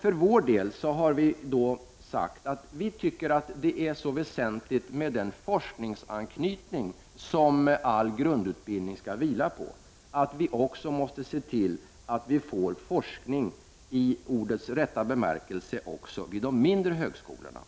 För vår del har vi emellertid sagt att vi tycker att det är så väsentligt med den forskningsanknytning som all grundutbildning skall vila på att vi måste se till att vi får forskning i ordets rätta bemärkelse också vid de mindre högskolorna.